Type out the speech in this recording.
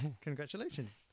congratulations